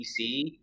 PC